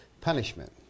punishment